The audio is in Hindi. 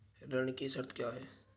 ऋण की शर्तें क्या हैं?